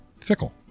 Fickle